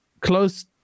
close